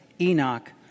Enoch